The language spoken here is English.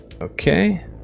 Okay